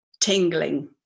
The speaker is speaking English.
tingling